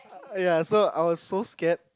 ya so I was so scared